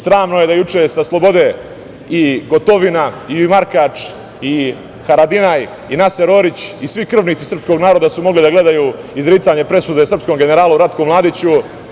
Sramno je da su juče sa slobode i Gotovina i Markač i Haradinaj i Naser Orić i svi krvnici srpskog naroda mogli da gledaju izricanje presude srpskom generalu Ratku Mladiću.